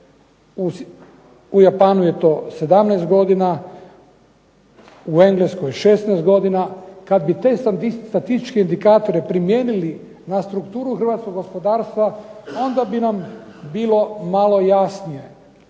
u Japanu je to 17 godina, u Engleskoj 16 godina, kada bi te statističke podatke primijenili na strukturu Hrvatskog gospodarstva onda bi nam bilo malo jasnije